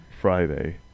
Friday